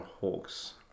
Hawks